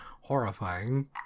horrifying